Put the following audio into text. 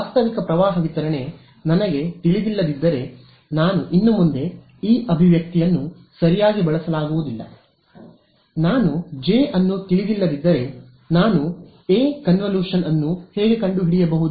ವಾಸ್ತವಿಕ ಪ್ರವಾಹ ವಿತರಣೆ ನನಗೆ ತಿಳಿದಿಲ್ಲದಿದ್ದರೆ ನಾನು ಇನ್ನು ಮುಂದೆ ಈ ಅಭಿವ್ಯಕ್ತಿಯನ್ನು ಸರಿಯಾಗಿ ಬಳಸಲಾಗುವುದಿಲ್ಲ ನಾನು ಜೆ ಅನ್ನು ತಿಳಿದಿಲ್ಲದಿದ್ದರೆ ನಾನು ಎ ಕನ್ವಿಲ್ಯೂಷನ್ ಅನ್ನು ಹೇಗೆ ಕಂಡುಹಿಡಿಯಬಹುದು